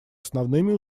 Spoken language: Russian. основными